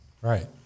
right